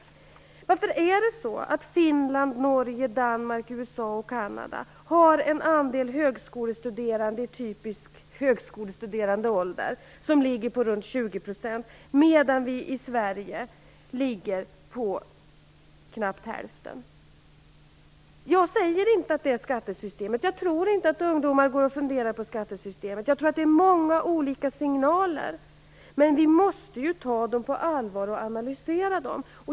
Varför är det så att Finland, Norge, Danmark, USA och Kanada har en andel högskolestuderande i typisk ålder för högskolestuderande som ligger på ca 20 %, medan vår andel i Sverige ligger på knappt hälften? Jag säger inte att det beror på skattesystemet. Jag tror inte att ungdomar går och funderar över skattesystemet, utan att det handlar om många olika signaler. Men vi måste ju ta dem på allvar och analysera dem.